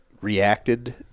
Reacted